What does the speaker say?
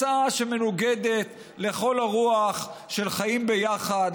הצעה שמנוגדת לכל הרוח של חיים ביחד,